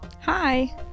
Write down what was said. Hi